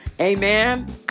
Amen